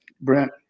Brent